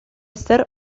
ser